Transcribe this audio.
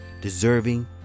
deserving